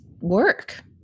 work